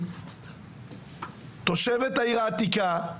תושבת העיר העתיקה,